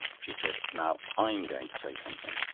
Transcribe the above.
she said now i'm going to say something!